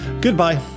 Goodbye